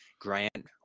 Grant